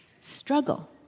struggle